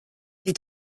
des